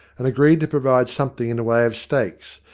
and agreed to provide something in the way of stakes,